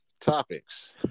topics